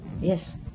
Yes